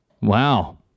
Wow